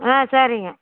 ஆ சரிங்க